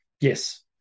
Yes